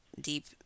deep